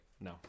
No